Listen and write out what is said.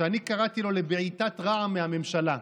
שאני קראתי לו "לבעיטת רע"מ מהממשלה",